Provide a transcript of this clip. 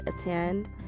attend